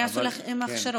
מה יעשו עם הכשרות?